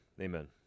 Amen